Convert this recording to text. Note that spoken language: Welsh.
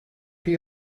chi